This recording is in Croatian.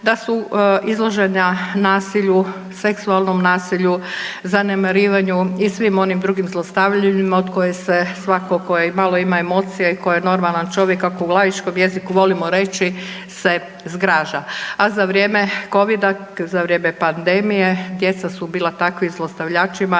da su izložena nasilju, seksualnom nasilju, zanemarivanju i svim onim drugim zlostavljanjima od kojih se, svatko tko imalo ima emocije koje normalan čovjek, kako u laičkom jeziku volimo reći, se zgraža, a za vrijeme Covida, za vrijeme pandemije djeca su bila takvim zlostavljačima